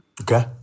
Okay